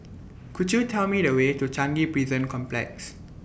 Could YOU Tell Me The Way to Changi Prison Complex